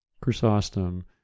Chrysostom